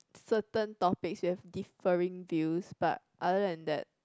certain topics we have differing views but other than that